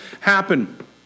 happen